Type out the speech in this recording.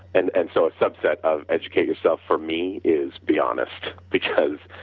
and and so a subset of educate yourself for me is be honest, because